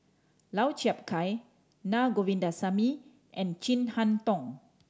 Lau Chiap Khai Na Govindasamy and Chin Harn Tong